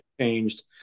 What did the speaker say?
changed